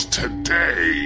today